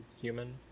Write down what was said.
human